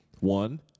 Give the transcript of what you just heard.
one